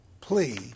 plea